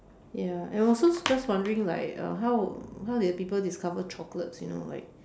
ya and also just wondering like uh how how did people discover chocolates you know like